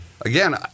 again